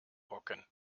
hocken